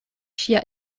ŝia